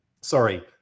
Sorry